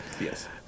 Yes